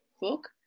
book